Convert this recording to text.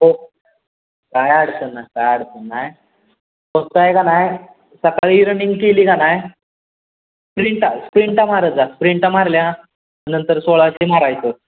हो काय अडचण नाही काय अडचण नाही फक्त आहे का नाही सकाळी रनिंग केली का नाही स्प्रिंटा स्प्रिंटा मारत जा स्प्रिंटा मारल्या नंतर सोळाशे मारायचं